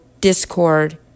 discord